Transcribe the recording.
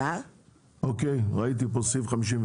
ראיתי את סעיף 51